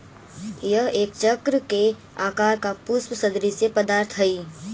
यह एक चक्र के आकार का पुष्प सदृश्य पदार्थ हई